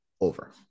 over